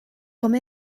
come